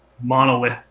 monolith